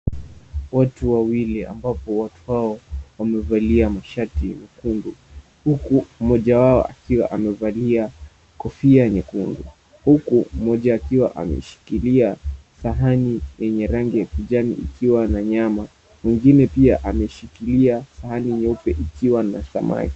Watu wawili ambapo watu hao wamevalia mashati nyekundu huku mmoja wao akiwa amevalia kofia nyukundu huku mmoja akiwa ameshikilia sahani lenye rangi ya kijani ikiwa na nyama mwengine pia ameshikilia sahani nyeupe likiwa na samaki.